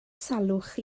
salwch